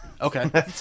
Okay